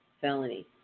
felony